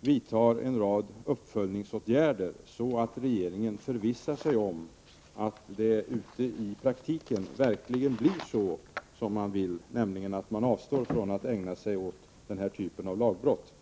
vidtar en rad uppföljningsåtgärder, så att regeringen förvissar sig om att det i praktiken verkligen blir så som man vill, nämligen att kommunalmän avstår från att ägna sig åt den här typen av lagbrott.